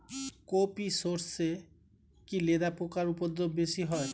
কোপ ই সরষে কি লেদা পোকার উপদ্রব বেশি হয়?